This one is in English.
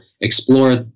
explore